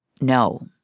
No